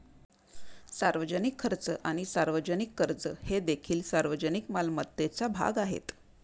सार्वजनिक खर्च आणि सार्वजनिक कर्ज हे देखील सार्वजनिक मालमत्तेचा भाग आहेत